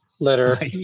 litter